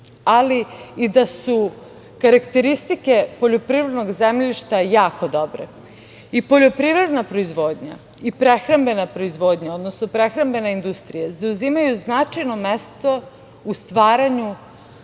ali i da su karakteristike poljoprivrednog zemljišta jako dobre. I poljoprivredna proizvodnja i prehrambena industrija zauzimaju značajno mesto u stvaranju